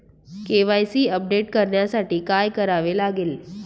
KYC update करण्यासाठी काय करावे लागेल?